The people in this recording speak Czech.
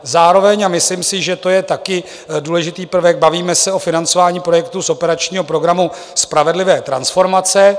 Zároveň, a myslím si, že to je taky důležitý prvek, bavíme se o financování projektu z operačního programu Spravedlivé transformace.